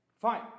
Fine